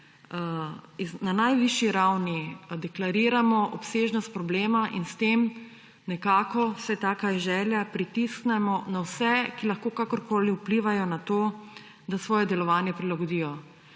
na najvišji ravni deklariramo obsežnost problema in s tem nekako, vsaj taka je želja, pritisnemo na vse, ki lahko kakorkoli vplivajo na to, da svoje delovanje prilagodijo.